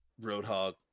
roadhog